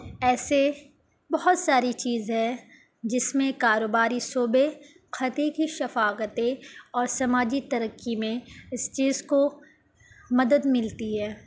ایسے بہت ساری چیز ہے جس میں کاروباری صوبہ خط کی شفاغتیں اور سماجی ترقی میں اس چیز کو مدد ملتی ہے